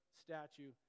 statue